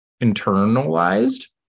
internalized